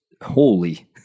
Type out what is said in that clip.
Holy